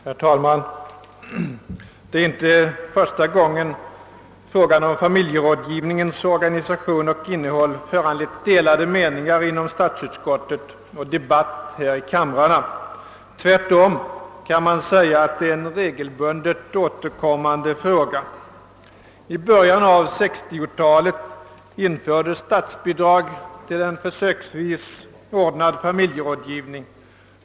Herr talman! Det är inte första gången frågan om familjerådgivningens organisation och innehåll föranlett delade meningar inom: statsutskottet och debatt i kamrarna. Tvärtom kan man säga att detta är en regelbundet återkommande fråga. I början av 1960-talet infördes statsbidrag till försöksvis anordnad familjerådgivning.